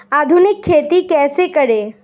आधुनिक खेती कैसे करें?